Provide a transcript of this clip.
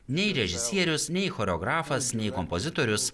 nei režisierius nei choreografas nei kompozitorius